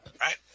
Right